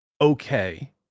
okay